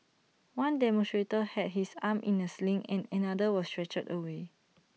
one demonstrator had his arm in A sling and another was stretchered away